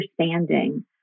understanding